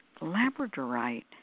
Labradorite